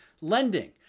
lending